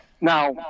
Now